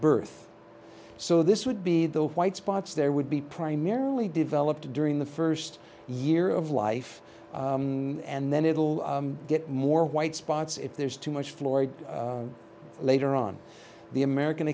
birth so this would be the white spots there would be primarily developed during the first year of life and then it'll get more white spots if there's too much floyd later on the american